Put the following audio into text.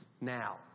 now